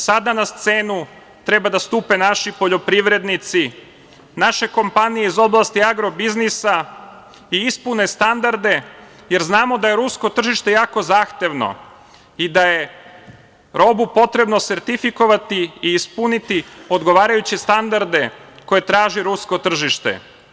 Sada na scenu treba da stupe naši poljoprivrednici, naše kompanije iz oblasti agrobiznisa i ispune standarde jer znamo da je rusko tržište jako zahtevno i da je robu potrebno sertifikovati i ispuniti odgovarajuće standarde koje traži rusko tržište.